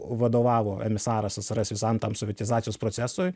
vadovavo emisaras srs visam tam sovietizacijos procesui